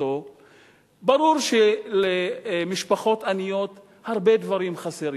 ברור שלמשפחות עניות הרבה דברים חסרים.